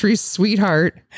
sweetheart